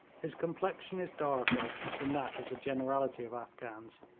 his complexion is darker than that of the generality of afghans,